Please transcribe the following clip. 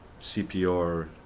CPR